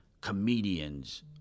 comedians